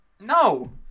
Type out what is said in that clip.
No